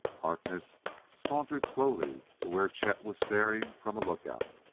harkness sauntered slowly to where chet was staring from a lookout.